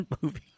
movie